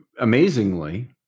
amazingly